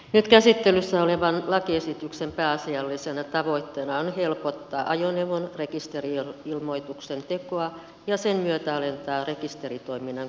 nyt käsittelyssä olevan lakiesityksen pääasiallisena tavoitteena on helpottaa ajoneuvon rekisteri ilmoituksen tekoa ja sen myötä alentaa rekisteritoiminnan kustannuksia